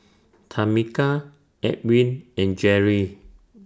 Tameka Edwin and Jeri